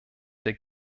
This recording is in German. der